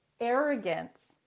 arrogance